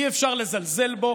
אי-אפשר לזלזל בו.